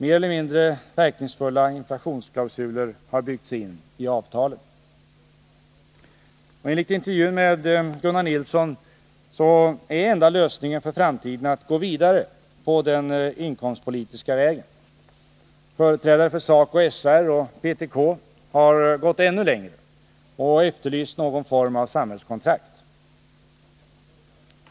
Mer eller mindre verkningsfulla inflationsklausuler har byggts in i avtalen. Enligt intervjun med Gunnar Nilsson är enda lösningen för framtiden att gå vidare på den inkomstpolitiska vägen. Företrädare för SACO/SR och PTK har gått ännu längre och efterlyst någon form av samhällskontrakt.